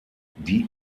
die